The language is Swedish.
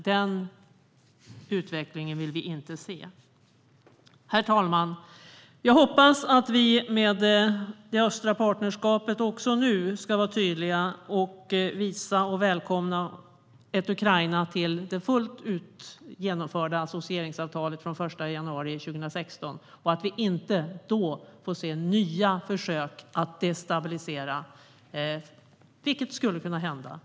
Den utvecklingen vill vi inte se. Herr talman! Jag hoppas att vi med det östliga partnerskapet även nu ska vara tydliga och från den 1 januari 2016 välkomna Ukraina till det fullt ut genomförda associeringsavtalet och att vi då inte ska se nya försök att destabilisera, vilket skulle kunna hända.